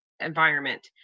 environment